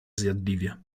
zjadliwie